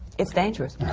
it's dangerous.